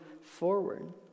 forward